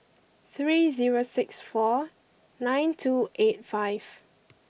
three zero six four nine two eight five